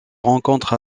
rencontre